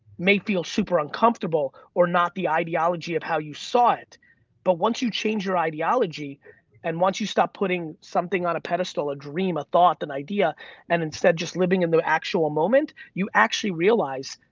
may feel super uncomfortable, or not the ideology of how you saw it but once you change your ideology and once you stop putting something on a pedestal, a dream, a thought, an idea and instead just living in the actual moment, you actually realize,